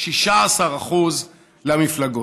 16% למפלגות.